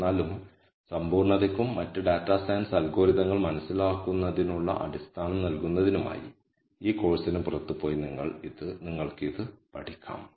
എന്നിരുന്നാലും സമ്പൂർണ്ണതയ്ക്കും മറ്റ് ഡാറ്റാ സയൻസ് അൽഗോരിതങ്ങൾ മനസ്സിലാക്കുന്നതിനുള്ള അടിസ്ഥാനം നൽകുന്നതിനുമായി ഈ കോഴ്സിന് പുറത്ത് പോയി നിങ്ങൾക്ക് ഇത് പഠിക്കാം